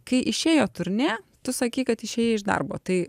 kai išėjo turnė tu sakei kad išėjai iš darbo tai